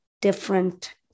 different